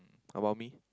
about me